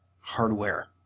hardware